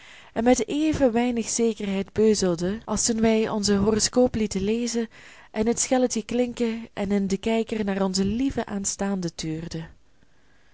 en met even weinig zekerheid beuzelden als toen wij onzen horoscoop lieten lezen en het schelletje klinken en in den kijker naar onze lieve aanstaanden tuurden